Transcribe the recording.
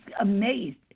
amazed